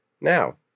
Now